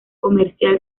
comercial